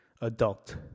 Adult